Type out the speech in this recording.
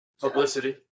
Publicity